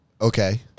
okay